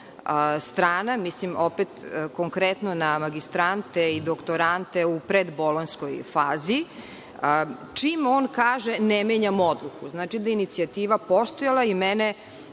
strana, mislim konkretno na magistrante i doktorante u predbolonjskoj fazi, čim on kaže – ne menjam odluku, znači, da inicijativa je postojala i mene